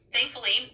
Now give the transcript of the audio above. Thankfully